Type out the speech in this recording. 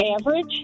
Average